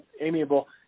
amiable